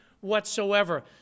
whatsoever